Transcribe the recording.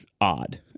odd